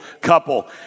couple